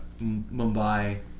Mumbai